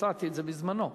הצעתי את זה בזמנו.